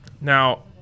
Now